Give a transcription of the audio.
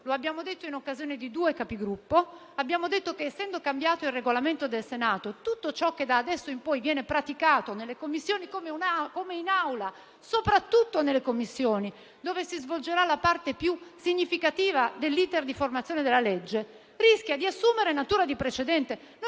deve dare atto. In occasione di due Conferenze dei Capigruppo abbiamo detto che, essendo cambiato il Regolamento del Senato, tutto ciò che da adesso in poi viene praticato nelle Commissioni, come in Aula - ma soprattutto nelle Commissioni, dove si svolgerà la parte più significativa dell'*iter* di formazione della legge - rischia di assumere natura di precedente.